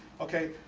okay